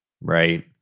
Right